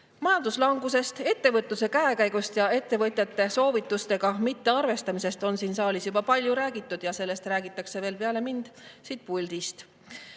saa. Majanduslangusest, ettevõtluse käekäigust ja ettevõtete soovitustega mittearvestamisest on siin saalis juba palju räägitud ja sellest räägitakse siit puldist